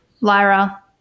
lyra